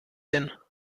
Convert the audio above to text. hin